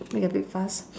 make a big fuss